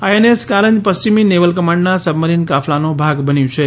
INS Karanj પશ્ચિમી naval કમાન્ડના submarine કાફલાનો ભાગ બન્યું છે